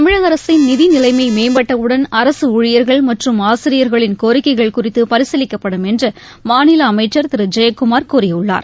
தமிழக அரசின் நிதி நிலைமை மேம்பட்டவுடன் அரசு ஊழியர்கள் மற்றும் ஆசிரியர்களின் கோரிக்கைகள் குறித்து பரிசீலிக்கப்படும் என்று மாநில அமைச்சர் திரு ஜெயக்குமார் கூறியுள்ளார்